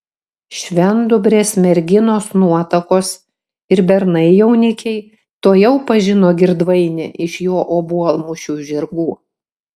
švendubrės merginos nuotakos ir bernai jaunikiai tuojau pažino girdvainį iš jo obuolmušių žirgų